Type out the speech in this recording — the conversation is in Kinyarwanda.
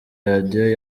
radio